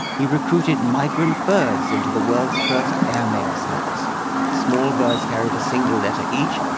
he recruited migrant birds into the world's first airmail service small birds carried a single letter each,